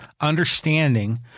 understanding